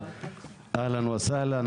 אהלן וסהלן.